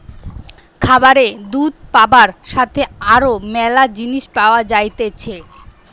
খামারে দুধ পাবার সাথে আরো ম্যালা জিনিস পাওয়া যাইতেছে